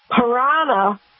piranha